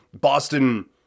Boston